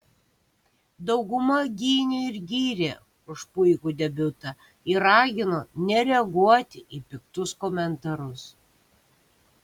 dauguma gynė ir gyrė už puikų debiutą ir ragino nereaguoti į piktus komentarus